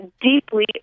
deeply